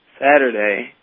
Saturday